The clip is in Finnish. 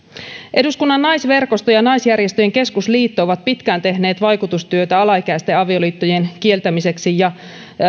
eduskunnan naisverkosto ja naisjärjestöjen keskusliitto ovat pitkään tehneet vaikutustyötä alaikäisten avioliittojen kieltämiseksi ja